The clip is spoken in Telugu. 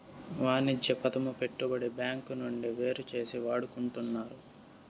వాణిజ్య పదము పెట్టుబడి బ్యాంకు నుండి వేరుచేసి వాడుకుంటున్నారు